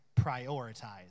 prioritize